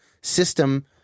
system